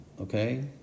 Okay